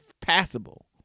passable